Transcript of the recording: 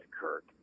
Kirk